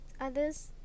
others